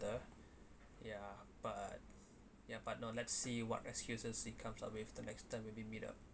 other ya but ya but no let's see what excuses he comes up with the next time when we meet up